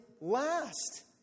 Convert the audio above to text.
last